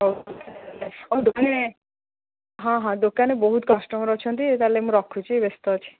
ହଉ ହଉ ଦୋକାନରେ ହଁ ହଁ ଦୋକାନରେ ବହୁତ କଷ୍ଟମର ଅଛନ୍ତି ତାହେଲେ ମୁଁ ରଖୁଛି ବ୍ୟସ୍ତ ଅଛି